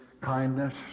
kindness